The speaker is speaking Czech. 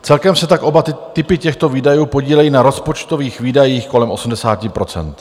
Celkem se tak oba typy těchto výdajů podílejí na rozpočtových výdajích kolem 80 %.